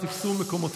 אנא תפסו מקומותיכם.